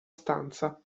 stanza